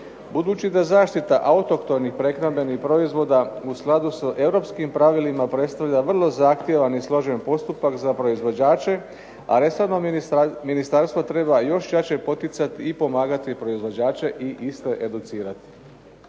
Budući da zaštita autohtonih prehrambenih proizvoda, u skladu sa europskim pravilima predstavlja vrlo zahtjevan i složen postupak za proizvođače, a resorno ministarstvo treba još jače poticati i pomagati proizvođače i iste educirati.